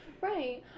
right